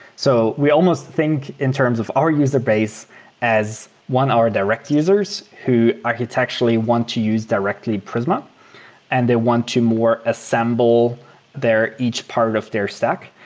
so we almost think in terms of our user base as one, our direct users, who architecturally want to use directly prisma and they want to more assemble each part of their stack,